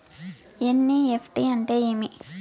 NEFT అంటే ఏమి